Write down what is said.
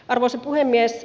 arvoisa puhemies